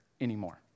anymore